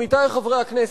עמיתי חברי הכנסת,